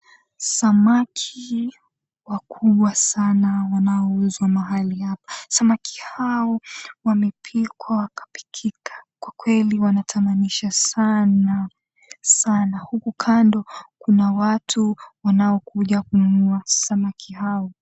Samaki wakubwa sana wanaouzwa mahali hapa. Samaki hao wamepikwa wakapikika. Kwa kweli wanatamanisha sana, sana, huku kando kuna watu wanaokuja kununua samaki hao.